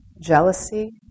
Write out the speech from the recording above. jealousy